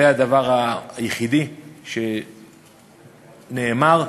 זה הדבר היחידי שנאמר,